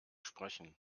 sprechen